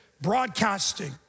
broadcasting